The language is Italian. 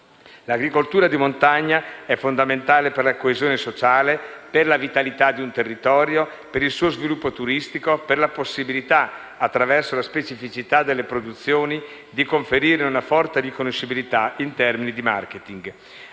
L'agricoltura di montagna è fondamentale per la coesione sociale, per la vitalità di un territorio, per il suo sviluppo turistico, per la possibilità, attraverso la specificità delle produzioni, di conferirne una forte riconoscibilità in termini dì *marketing*.